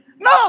No